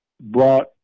brought